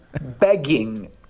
begging